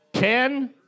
Ten